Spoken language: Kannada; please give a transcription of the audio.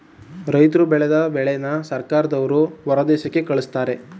ರೈತರ್ರು ಬೆಳದ ಬೆಳೆನ ಸರ್ಕಾರದವ್ರು ಹೊರದೇಶಕ್ಕೆ ಕಳಿಸ್ತಾರೆ